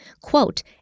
quote